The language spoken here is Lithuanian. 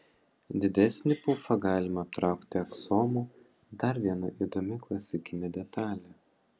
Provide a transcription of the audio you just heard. didesnį pufą galima aptraukti aksomu dar viena įdomi klasikinė detalė